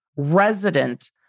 resident